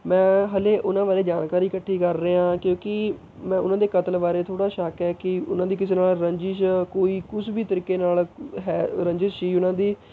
ਮੈਂ ਹਲੇ ਉਨ੍ਹਾਂ ਬਾਰੇ ਜਾਣਕਾਰੀ ਇਕੱਠੀ ਕਰ ਰਿਹਾ ਹਾਂ ਕਿਉਂਕਿ ਮੈਂ ਉਨ੍ਹਾਂ ਦੇ ਕਤਲ ਬਾਰੇ ਥੋੜ੍ਹਾ ਸ਼ੱਕ ਹੈ ਕਿ ਉਨ੍ਹਾਂ ਦੀ ਕਿਸੇ ਨਾਲ ਰੰਜਿਸ਼ ਕੋਈ ਕੁਛ ਵੀ ਤਰੀਕੇ ਨਾਲ਼ ਹੈ ਰੰਜਿਸ਼ ਸੀ ਉਨ੍ਹਾਂ ਦੀ